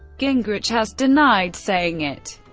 gingrich has denied saying it.